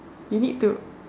you need to